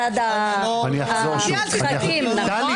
--- טלי,